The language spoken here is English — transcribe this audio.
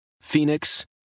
Phoenix